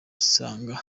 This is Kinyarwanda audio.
isanga